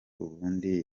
ubundi